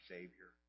Savior